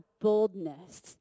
boldness